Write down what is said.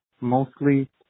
mostly